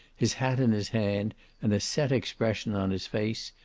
his hat in his hand and a set expression on his face,